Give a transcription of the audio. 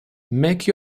make